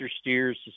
steers